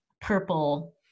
purple